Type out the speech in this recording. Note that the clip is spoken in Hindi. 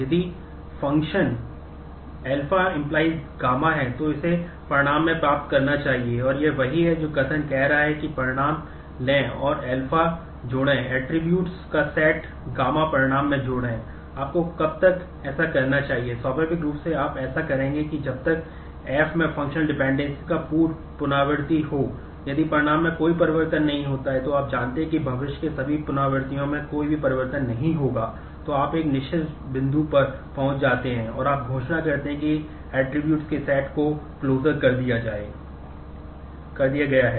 यदि फ़ंक्शन α → γ है तो इसे परिणाम में प्राप्त करना चाहिए और यह वही है जो कथन कह रहा है कि परिणाम लें और α जोड़ें ऐट्रिब्यूट्स कर दिया गया है